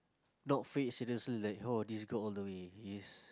not fate like oh this girl all the way it's